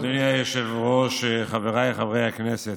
אדוני היושב-ראש, חבריי חברי הכנסת,